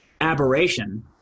aberration